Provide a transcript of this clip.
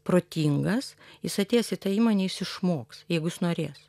protingas jis atėjęs į tą įmonę jis išmoks jeigu jis norės